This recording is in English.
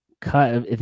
cut